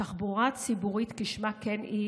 התחבורה הציבורית כשמה כן היא,